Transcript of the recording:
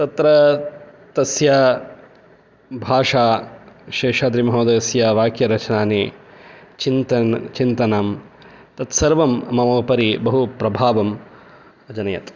तत्र तस्य भाषा शेषाद्रिमहोदयस्य वाक्यरचनानि चिन्तनं तत्सर्वं मम उपरि बहुप्रभावम् अजनयत्